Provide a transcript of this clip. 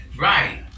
Right